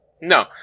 No